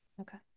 Okay